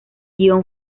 guion